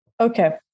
Okay